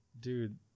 dude